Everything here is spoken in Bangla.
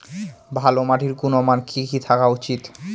ভালো মাটির গুণমান কি কি থাকা উচিৎ?